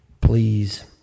please